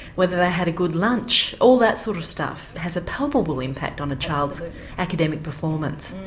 whether they had a good lunch. all that sort of stuff has a palpable impact on a child's academic performance.